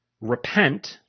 Repent